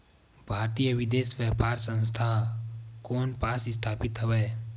भारतीय विदेश व्यापार संस्था कोन पास स्थापित हवएं?